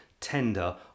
tender